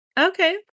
Okay